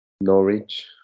Norwich